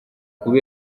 kuba